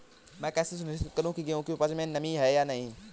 मैं कैसे सुनिश्चित करूँ की गेहूँ की उपज में नमी है या नहीं?